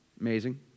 Amazing